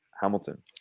Hamilton